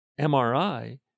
MRI